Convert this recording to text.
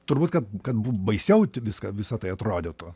turbūt kad kad būt baisiau t viską visa tai atrodytų